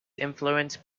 influence